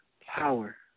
power